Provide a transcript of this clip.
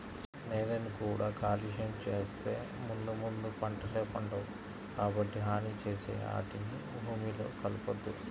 నేలని కూడా కాలుష్యం చేత్తే ముందు ముందు పంటలే పండవు, కాబట్టి హాని చేసే ఆటిని భూమిలో కలపొద్దు